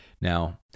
Now